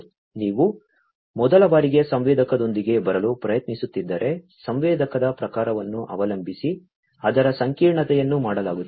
ನೀವು ಮೊದಲ ಬಾರಿಗೆ ಸಂವೇದಕದೊಂದಿಗೆ ಬರಲು ಪ್ರಯತ್ನಿಸುತ್ತಿದ್ದರೆ ಸಂವೇದಕದ ಪ್ರಕಾರವನ್ನು ಅವಲಂಬಿಸಿ ಅದರ ಸಂಕೀರ್ಣತೆಯನ್ನು ಮಾಡಲಾಗುತ್ತದೆ